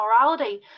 morality